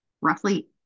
Roughly